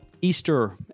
Easter